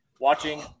watching